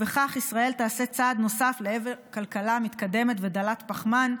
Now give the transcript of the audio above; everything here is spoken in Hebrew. בכך ישראל תעשה צעד נוסף לעבר כלכלה מתקדמת ודלת פחמן.